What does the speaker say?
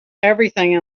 everything